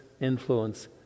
influence